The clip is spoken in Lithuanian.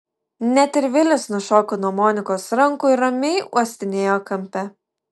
net ir vilis nušoko nuo monikos rankų ir ramiai uostinėjo kampe